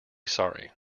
sorry